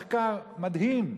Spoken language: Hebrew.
מחקר מדהים,